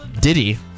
Diddy